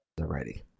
Already